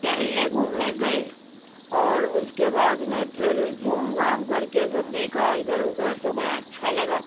टहलने घूमने गए और उसके बाद में फिर घूम घाम करके सब देखा इधर उधर तो बड़ा अच्छा लगा